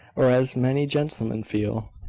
or as many gentlemen feel,